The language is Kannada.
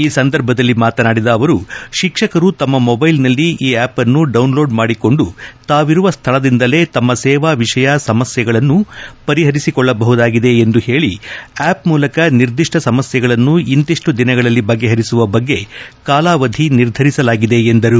ಈ ಸಂದರ್ಭದಲ್ಲಿ ಮಾತನಾಡಿದ ಅವರು ಶಿಕ್ಷಕರು ತಮ್ಮ ಮೊಬೈಲ್ನಲ್ಲಿ ಈ ಆಪ್ನ್ನು ಡೌನ್ಲೋಡ್ ಮಾದಿಕೊಂಡು ತಾವಿರುವ ಸ್ಥಳದಿಂದಲೇ ತಮ್ಮ ಸೇವಾ ವಿಷಯ ಸಮಸ್ಯೆಗಳನ್ನು ಪರಿಹರಿಸಿಕೊಳ್ಳಬಹುದಾಗಿದೆ ಎಂದು ಹೇಳಿ ಆಪ್ ಮೂಲಕ ನಿರ್ದಿಷ್ಟ ಸಮಸ್ಯೆಗಳನ್ನು ಇಂತಿಷ್ಟು ದಿನಗಳಲ್ಲಿ ಬಗೆಹರಿಸುವ ಬಗ್ಗೆ ಕಾಲಾವಧಿ ನಿರ್ಧರಿಸಲಾಗಿದೆ ಎಂದರು